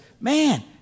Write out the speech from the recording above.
man